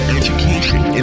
education